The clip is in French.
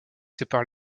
sépare